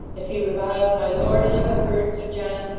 if he reviles my lord, as you have heard, sir john,